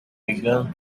began